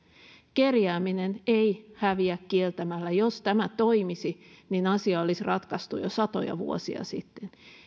kerjääminen ei häviä kieltämällä jos tämä toimisi niin asia olisi ratkaistu jo satoja vuosia sitten